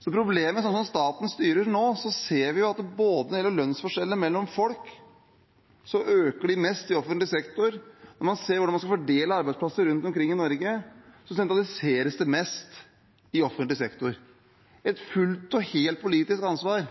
Så problemet er, slik som staten styres nå, at når det gjelder lønnsforskjellene mellom folk, øker de mest i offentlig sektor, og når det gjelder hvordan man skal fordele arbeidsplasser rundt omkring i Norge, sentraliseres det mest i offentlig sektor. Dette er fullt og helt et politisk ansvar,